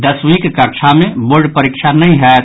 दसवींक कक्षा मे बोर्ड परीक्षा नहि होयत